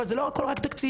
אבל לא הכל זה רק תקציב.